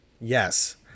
Yes